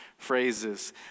Phrases